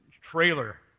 trailer